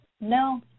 no